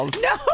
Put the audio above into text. No